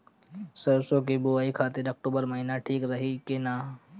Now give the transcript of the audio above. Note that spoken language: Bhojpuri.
सरसों की बुवाई खाती अक्टूबर महीना ठीक रही की ना?